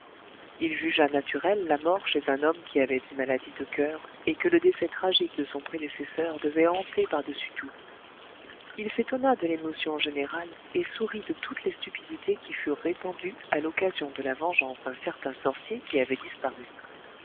il jugea naturelle la mort chez un homme qui avait une maladie de coeur et que le décès tragique de son prédécesseur devait hanter par-dessus tout il s'étonna de l'émotion générale et sourit de toutes les stupidités qui furent répandues à l'occasion de la vengeance d'un certain sorcier qui avait disparu